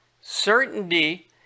Certainty